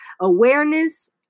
Awareness